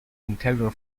interior